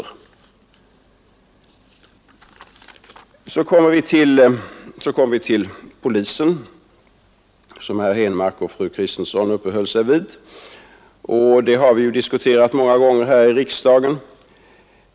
Herr Henmark och fru Kristensson uppehöll sig vid polisens arbete. Vi har många gånger diskuterat detta här i riksdagen.